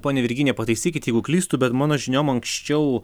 ponia virginija pataisykit jeigu klystu bet mano žiniom anksčiau